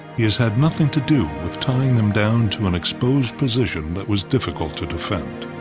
he has had nothing to do with tying them down to an exposed position that was difficult to defend.